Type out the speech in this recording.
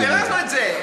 לא, ביררנו את זה.